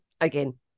Again